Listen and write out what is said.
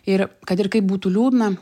ir kad ir kaip būtų liūdna